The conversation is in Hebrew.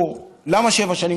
למה שבע שנים?